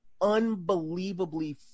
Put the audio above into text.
unbelievably